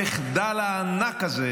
המחדל הענק הזה,